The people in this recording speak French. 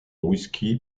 whisky